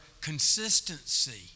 consistency